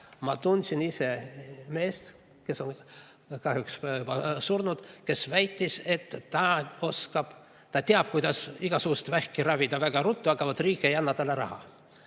Ma tundsin üht meest, kes on kahjuks juba surnud, kes väitis, et ta teab, kuidas igasugust vähki ravida väga ruttu, aga vot riik ei anna talle raha.